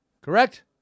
correct